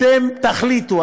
אתם תחליטו.